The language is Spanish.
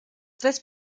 tres